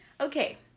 Okay